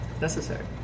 Necessary